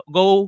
go